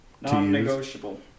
Non-negotiable